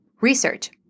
Research